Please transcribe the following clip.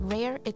Rare